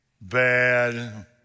bad